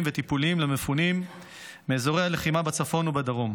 וטיפוליים למפונים מאזורי הלחימה בצפון ובדרום.